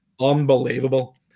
unbelievable